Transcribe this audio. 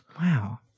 Wow